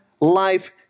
life